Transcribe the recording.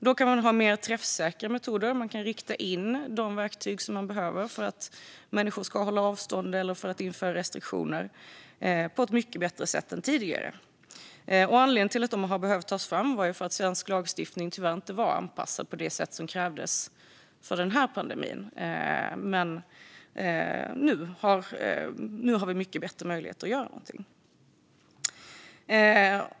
Nu kan man ha mer träffsäkra åtgärder och rikta in de verktyg man behöver för att människor ska hålla avstånd eller för att införa restriktioner på ett mycket bättre sätt än tidigare. Anledningen till att dessa lagar har behövt tas fram är att svensk lagstiftning tyvärr inte var anpassad på det sätt som krävdes för den här pandemin. Nu har vi mycket bättre möjligheter att göra någonting.